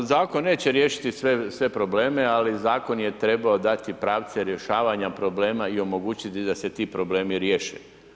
Da, zakon neće riješiti sve probleme ali zakon je trebao dati pravce rješavanja problema i omogućiti da se ti problemi riješe.